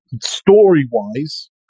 story-wise